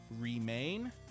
remain